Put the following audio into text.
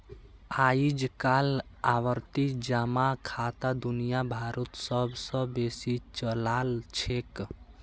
अइजकाल आवर्ती जमा खाता दुनिया भरोत सब स बेसी चलाल छेक